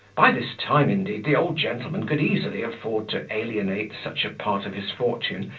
by this time, indeed, the old gentleman could easily afford to alienate such a part of his fortune,